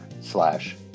slash